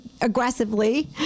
aggressively